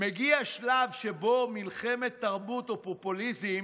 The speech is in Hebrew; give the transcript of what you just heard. מגיע שלב שבו מלחמת תרבות או פופוליזם